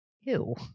Ew